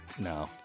no